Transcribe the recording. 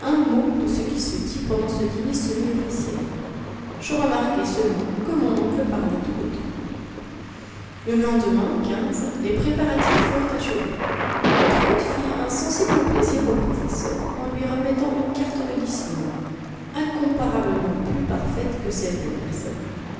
mot de ce qui se dit pendant ce dîner semi officiel je remarquai seulement que mon oncle parla tout le temps le lendemain les préparatifs furent achevés notre hôte fit un sensible plaisir au professeur en lui remettant une carte de l'islande incomparablement plus parfaite que celle d'henderson